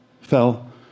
Fell